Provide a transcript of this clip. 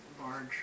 large